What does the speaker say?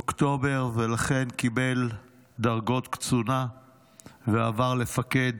באוקטובר, ולכן קיבל דרגות קצונה ועבר לפקד